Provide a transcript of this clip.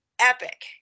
epic